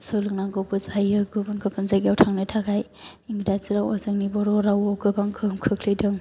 सोलोंनांगौबो जायो गुबुन गुबुन जायगायाव थांनो थाखाय इंराजि रावा जोंनि बर' रावआव गोबां गोहोम खोख्लैदों